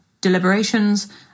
deliberations